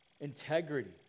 Integrity